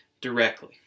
directly